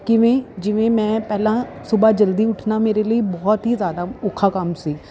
ਕਿਵੇਂ ਜਿਵੇਂ ਮੈਂ ਪਹਿਲਾਂ ਸੁਬਹਾ ਜਲਦੀ ਉੱਠਣਾ ਮੇਰੇ ਲਈ ਬਹੁਤ ਹੀ ਜ਼ਿਆਦਾ ਔਖਾ ਕੰਮ ਸੀ